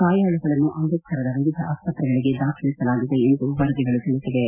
ಗಾಯಾಳುಗಳನ್ನು ಅಮೃತಸರದ ವಿವಿಧ ಆಸ್ಪತ್ರೆಗಳಗೆ ದಾಖಲಿಸಲಾಗಿದೆ ಎಂದು ವರದಿಗಳು ತಿಳಿಸಿವೆ